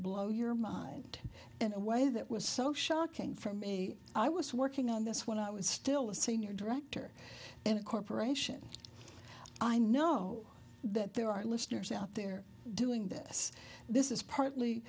blow your mind and a way that was so shocking for me i was working on this when i was still a senior director and a corporation i know that there are listeners out there doing this this is partly